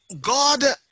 God